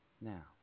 Now